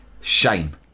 shame